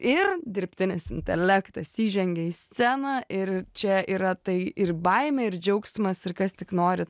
ir dirbtinis intelektas įžengė į sceną ir čia yra tai ir baimė ir džiaugsmas ir kas tik norit